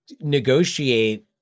negotiate